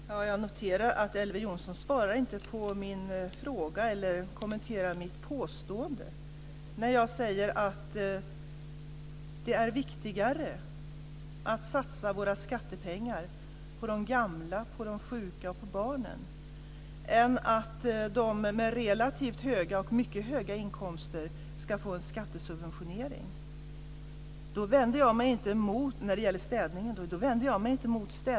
Fru talman! Jag noterade att Elver Jonsson inte svarade på min fråga eller kommenterade mitt påstående. Jag sade att det är viktigare att satsa våra skattepengar på de gamla, på de sjuka och på barnen än att de med relativt höga och mycket höga inkomster ska få en skattesubventionering. Då vänder jag mig inte emot städningen.